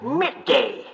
midday